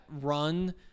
run